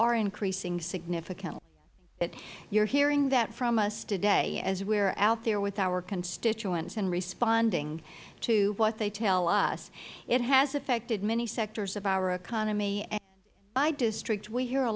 are increasing significantly you are hearing that from us today as we are out there with our constituents in responding to what they tell us it has effected many sectors of our economy and in my district we hear a